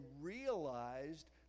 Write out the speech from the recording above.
realized